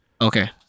Okay